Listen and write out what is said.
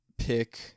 pick